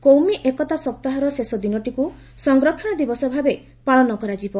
କୌମି ଏକତା ସପ୍ତାହର ଶେଷ ଦିନଟିକୁ ସଂରକ୍ଷଣ ଦିବସ ଭାବେ ପାଳନ କରାଯିବ